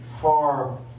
far